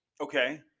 Okay